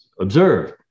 observe